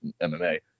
MMA